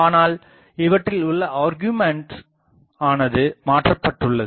ஆனால் இவற்றில் உள்ள ஆர்குமெண்ட்ஸ் ஆனது மாற்றப்பட்டுள்ளது